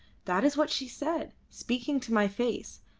that is what she said, speaking to my face,